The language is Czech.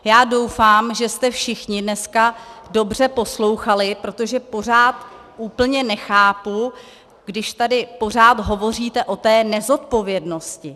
Já doufám, že jste všichni dneska dobře poslouchali, protože pořád úplně nechápu, když tady pořád hovoříte o té nezodpovědnosti.